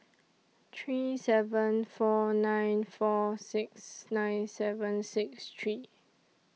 three seven four nine four six nine seven six three